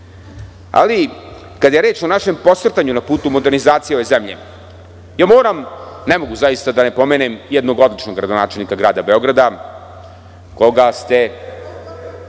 ovde? Kada je reč o našem posrtanju na putu modernizacije ove zemlje, moram, ne mogu zaista da ne pomenem jednog običnog gradonačelnika grada Beograda, koga ste,